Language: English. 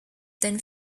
then